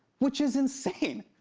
which is insane.